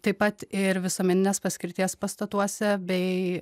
taip pat ir visuomeninės paskirties pastatuose bei